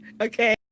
Okay